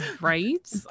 Right